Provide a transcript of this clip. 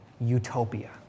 utopia